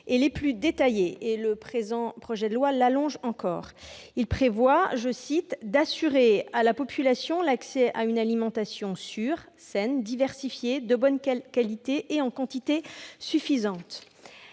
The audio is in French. et les plus détaillés ; le présent projet de loi l'allonge encore. Il prévoit « d'assurer à la population l'accès à une alimentation sûre, saine, diversifiée, de bonne qualité et en quantité suffisante ».